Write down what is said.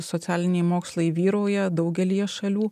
socialiniai mokslai vyrauja daugelyje šalių